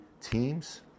teams